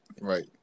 Right